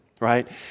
right